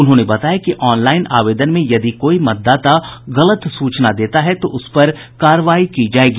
उन्होंने बताया कि ऑनलाइन आवेदन में यदि कोई मतदाता गलत सूचना देता है तो उस पर कार्रवाई की जायेगी